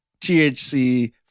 THC